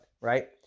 right